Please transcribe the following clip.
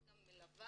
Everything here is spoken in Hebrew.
יש גם מלווה